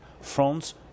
France